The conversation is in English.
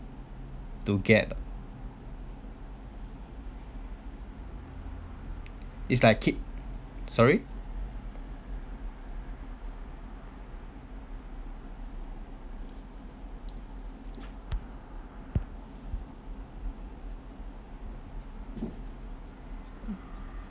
to get it's like keep sorry